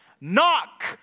Knock